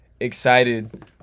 Excited